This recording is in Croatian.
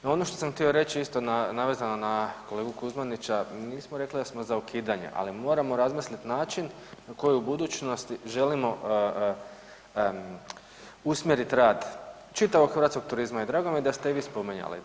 No ono što sam htio reći isto navezano na kolegu Kuzmanića nismo rekli da smo za ukidanje, ali moramo razmisliti način na koji u budućnosti želimo usmjeriti rad čitavog hrvatskog turizma i drago mi je da ste i vi spominjali.